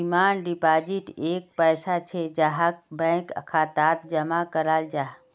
demand deposit एक पैसा छे जहाक बैंक खातात जमा कराल जाहा